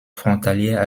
frontalière